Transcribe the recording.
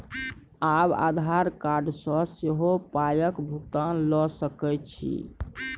आब आधार कार्ड सँ सेहो पायक भुगतान ल सकैत छी